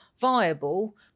viable